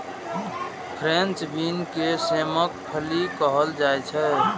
French bean के सेमक फली कहल जाइ छै